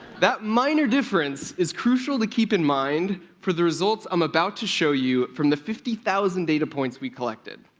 that minor difference is crucial to keep in mind for the results i'm about to show you from the fifty thousand data points we collected.